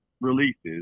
releases